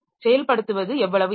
செயல்படுத்துவது எவ்வளவு எளிது